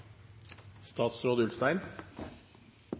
statsråd Ulstein